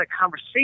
conversation